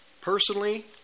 Personally